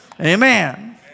Amen